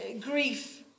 grief